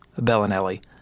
Bellinelli